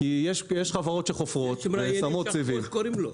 כי יש חברות שחופרות והן שמות סיבים.